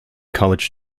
college